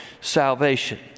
salvation